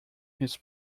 his